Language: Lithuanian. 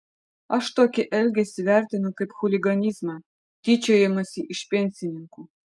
aš tokį elgesį vertinu kaip chuliganizmą tyčiojimąsi iš pensininkų